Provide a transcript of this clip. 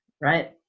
right